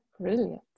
Brilliant